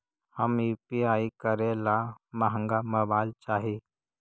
हम यु.पी.आई करे ला महंगा मोबाईल चाही?